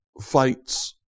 fights